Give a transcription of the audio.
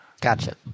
Gotcha